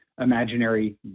imaginary